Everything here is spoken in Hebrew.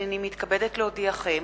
הנני מתכבדת להודיעכם,